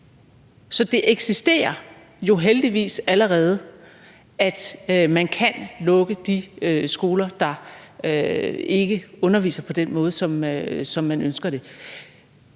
Så det eksisterer jo heldigvis allerede, altså at man kan lukke de skoler, der ikke underviser på den måde, som man ønsker det.